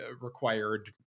required